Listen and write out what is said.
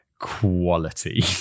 Quality